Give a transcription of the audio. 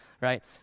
right